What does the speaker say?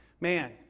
Man